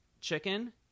Chicken